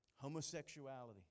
homosexuality